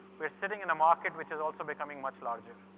we're sitting in a market which is also becoming much larger.